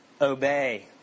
obey